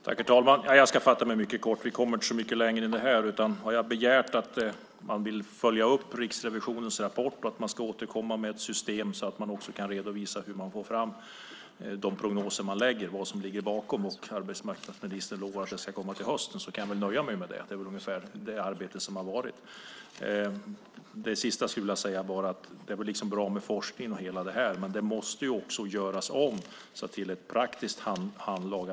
Herr talman! Jag ska fatta mig mycket kort. Vi kommer inte så mycket längre här. Jag har begärt att man ska följa upp Riksrevisionens rapport och att man ska återkomma med ett system så att man kan redovisa hur man får fram de prognoser som man lägger fram - vad som ligger bakom. Arbetsmarknadsministern lovar att det ska komma till hösten. Jag kan nöja mig med det. Det är väl ungefär detta arbete som har varit. Jag skulle också vilja säga att det väl är bra med forskning och så vidare. Men det måste också göras om så att det så att säga blir ett praktiskt handlag.